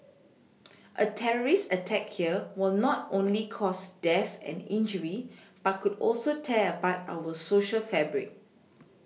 a terrorist attack here will not only cause death and injury but could also tear apart our Social fabric